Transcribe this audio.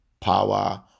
power